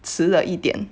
迟了一点